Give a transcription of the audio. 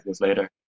later